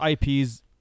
IPs